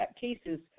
cases